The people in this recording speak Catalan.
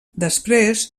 després